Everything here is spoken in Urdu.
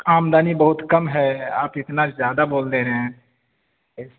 آمدنی بہت کم ہے آپ اتنا زیادہ بول دے رہے ہیں